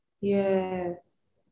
Yes